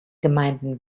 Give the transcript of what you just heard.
gemeinden